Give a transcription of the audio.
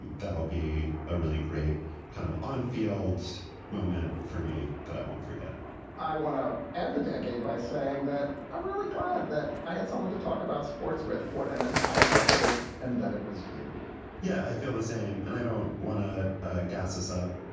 and that'll be a really great kind of on-field moment for me that i won't forget i want to end the decade by saying that i'm really glad that i had someone to talk about sports with for an entire decade and that it was you yeah, i feel the same. and i don't want to ah gas this up,